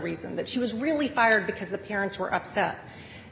reason that she was really fired because the parents were upset